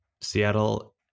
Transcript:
seattle